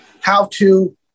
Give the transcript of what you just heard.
how-to